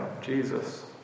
Jesus